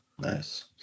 Nice